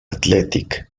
athletic